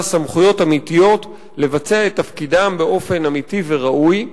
סמכויות אמיתיות לבצע את תפקידם באופן אמיתי וראוי.